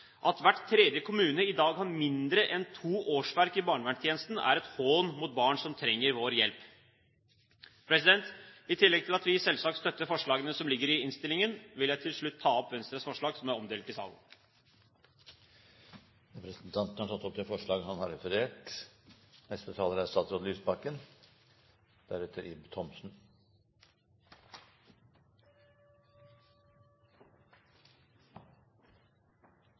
At hver tredje kommune i dag har mindre enn to årsverk i barnevernstjenesten, er en hån mot barn som trenger vår hjelp. I tillegg til at vi selvsagt støtter forslagene som ligger i innstillingen, vil jeg til slutt ta opp Venstres forslag, som er omdelt i salen. Representanten Abid Q. Raja har tatt opp de forslagene han refererte til. Høy kompetanse er